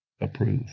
approve